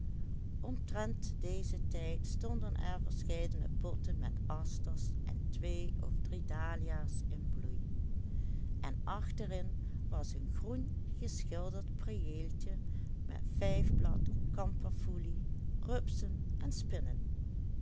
omtrent dezen tijd stonden er verscheidene potten met asters en twee of drie dahlia's in bloei en achterin was een groen geschilderd priëeltje met vijfblad kamperfoelie rupsen en spinnen